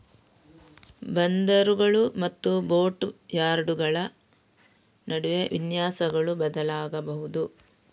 ಬಂದರುಗಳು ಮತ್ತು ಬೋಟ್ ಯಾರ್ಡುಗಳ ನಡುವೆ ವಿನ್ಯಾಸಗಳು ಬದಲಾಗಬಹುದು